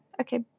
okay